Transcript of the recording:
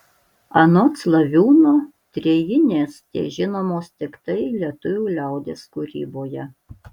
anot slaviūno trejinės težinomos tiktai lietuvių liaudies kūryboje